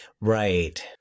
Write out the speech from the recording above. Right